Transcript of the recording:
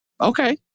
okay